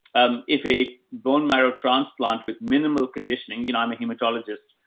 um, if a bone marrow transplant with minimal conditioning, you know, i'm a hematologist,